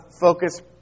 focus